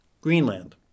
Greenland